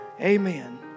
Amen